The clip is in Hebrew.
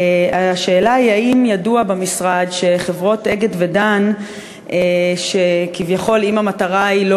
השאלה היא: האם ידוע במשרד שחברות "אגד" ו"דן" שאם המטרה היא כביכול